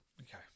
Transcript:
Okay